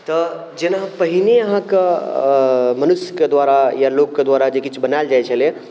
तऽ जेना पहिने अहाँके मनुष्यके द्वारा या लोकके द्वारा जे किछु बनाएल जाइ छलै